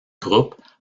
groupes